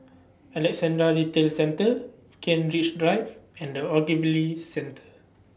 Alexandra Retail Centre Kent Ridge Drive and The Ogilvy Centre